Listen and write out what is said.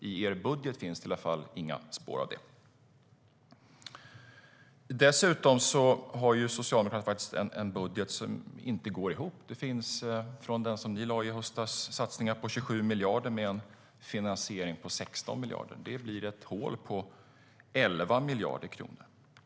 I er budget finns i alla fall inga spår av det. Dessutom har Socialdemokraterna faktiskt en budget som inte går ihop. I den budget som ni lade fram i höstas fanns det satsningar på 27 miljarder med en finansiering på 16 miljarder. Det blir ett hål på 11 miljarder kronor.